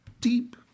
deep